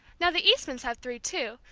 now the eastmans have three, too,